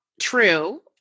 true